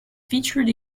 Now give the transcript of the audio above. featured